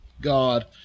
God